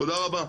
תודה רבה.